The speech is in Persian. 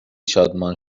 شادمان